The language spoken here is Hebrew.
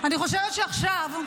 אני חושבת שעכשיו,